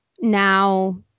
now